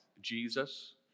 Jesus